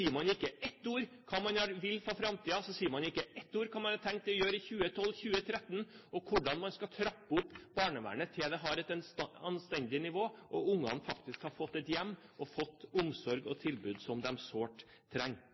sier man ikke ett ord om hva man vil for framtiden, så sier man ikke ett ord om hva man har tenkt å gjøre i 2012 og 2013 og hvordan man skal trappe opp barnevernet til det har et anstendig nivå og ungene faktisk har fått et hjem og fått omsorg og tilbud som de sårt trenger.